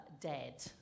dead